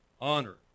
honor